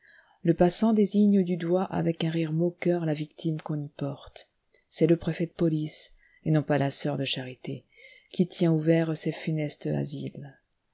le passant désigne du doigt avec un rire moqueur la victime qu'on y porte c'est le préfet de police et non pas la soeur de charité qui tient ouverts ces funestes asiles